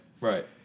Right